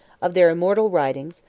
of their immortal writings,